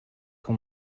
хүн